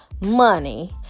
money